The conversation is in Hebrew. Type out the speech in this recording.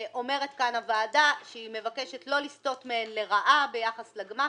אומרת כאן הוועדה שהיא מבקשת לא לסטות לרעה ביחס לגמ"חים,